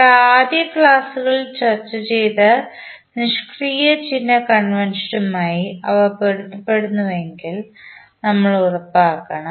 നമ്മുടെ ആദ്യ ക്ലാസുകളിൽ ചർച്ച ചെയ്ത നിഷ്ക്രിയ ചിഹ്ന കൺവെൻഷനുമായി അവ പൊരുത്തപ്പെടുന്നുവെന്ന് നമ്മൾ ഉറപ്പാക്കണം